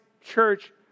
church